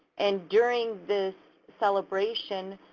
and during this celebration,